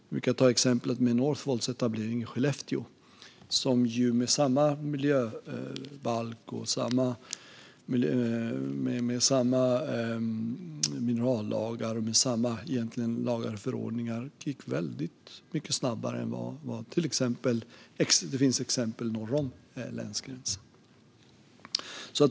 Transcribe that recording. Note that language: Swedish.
Jag brukar ta exemplet med Northvolts etablering i Skellefteå som med samma miljöbalk, minerallagar och andra lagar och förordningar gick väldigt mycket snabbare än andra etableringar norr om länsgränsen.